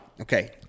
Okay